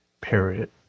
period